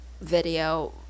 video